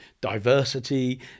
diversity